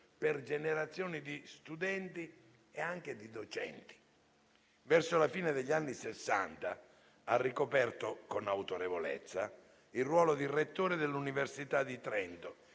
per generazioni di studenti e anche di docenti. Verso la fine degli anni Sessanta ha ricoperto, con autorevolezza, il ruolo di rettore dell'Università di Trento,